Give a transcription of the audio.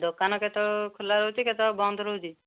ଦୋକାନ କେତେବେଳେ ଖୋଲା ରହୁଛି କେତେବେଳେ ବନ୍ଦ ରହୁଛି